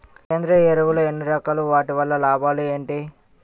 సేంద్రీయ ఎరువులు ఎన్ని రకాలు? వాటి వల్ల లాభాలు ఏంటి?